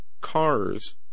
cars